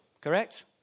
Correct